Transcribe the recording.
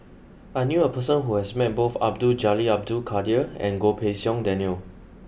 I knew a person who has met both Abdul Jalil Abdul Kadir and Goh Pei Siong Daniel